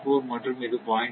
4 மற்றும் இது 0